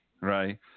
right